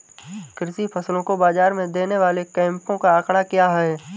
कृषि फसलों को बाज़ार में देने वाले कैंपों का आंकड़ा क्या है?